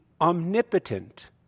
omnipotent